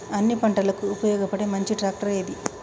అన్ని పంటలకు ఉపయోగపడే మంచి ట్రాక్టర్ ఏది?